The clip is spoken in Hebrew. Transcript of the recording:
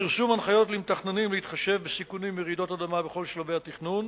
פרסום הנחיות למתכננים להתחשב בסיכונים מרעידות אדמה בכל שלבי התכנון,